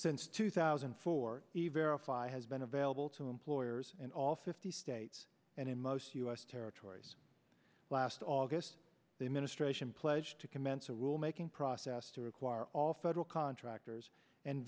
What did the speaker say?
since two thousand and four verify has been available to employers in all fifty states and in most u s territories last august the ministration pledged to commence a rule making process to require all federal contractors and